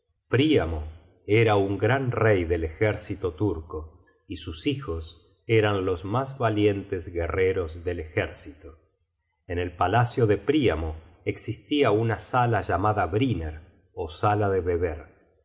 príamo era un gran rey del ejército turco y sus hijos eran los mas valientes guerreros del ejército en el palacio de príamo existia una sala llamada briner ó sala de beber